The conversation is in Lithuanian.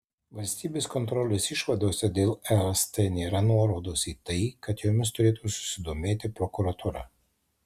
valstybės kontrolės išvadose dėl rst nėra nuorodos į tai kad jomis turėtų susidomėti prokuratūra